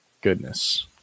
goodness